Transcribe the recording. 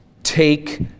Take